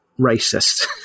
racist